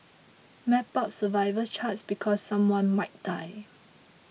map out survival charts because someone might die